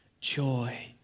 joy